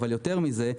אבל יותר מזה,